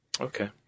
Okay